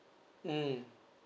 mm